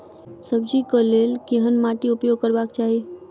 सब्जी कऽ लेल केहन माटि उपयोग करबाक चाहि?